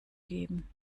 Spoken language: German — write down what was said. geben